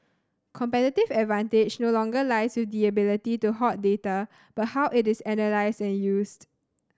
competitive advantage no longer lies with the ability to hoard data but how it is analysed and used